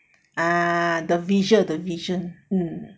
ah the visual the visual